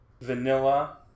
vanilla